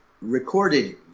recorded